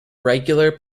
regular